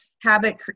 habit